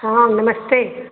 हाँ नमस्ते